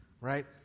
Right